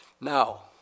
Now